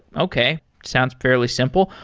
okay, sounds fairly simple.